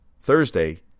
Thursday